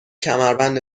کمربند